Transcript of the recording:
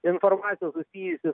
informacija susijusi